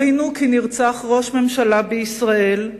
בכינו כי נרצח ראש ממשלה בישראל,